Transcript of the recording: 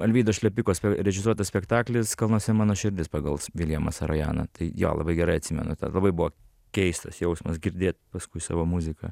alvydo šlepiko režisuotas spektaklis kalnuose mano širdis pagals viljamą sarojaną tai jo labai gerai atsimenu tą labai buvo keistas jausmas girdėt paskui savo muziką